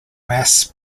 mass